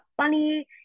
funny